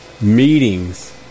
meetings